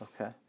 Okay